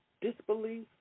disbelief